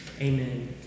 Amen